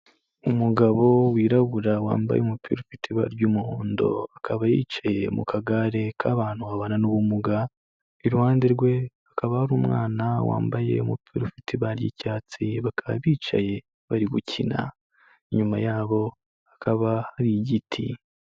Umugabo wirabura wambaye umupira ufite ibara ry'umuhondo, akaba yicaye mu kagare k'abantu babana n'ubumuga, iruhande rwe hakaba hari umwana wambaye umupira ufite ibara ry'icyatsi, bakaba bicaye bari gukina, inyuma yabo hakaba hari igiti.